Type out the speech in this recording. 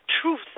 truth